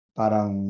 parang